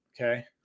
Okay